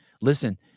Listen